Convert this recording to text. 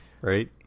right